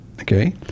Okay